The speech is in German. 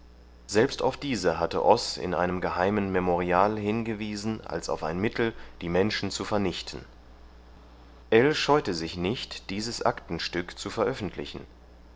selbst auf diese hatte oß in einem geheimen memorial hingewiesen als auf ein mittel die menschen zu vernichten ell scheute sich nicht dieses aktenstück zu veröffentlichen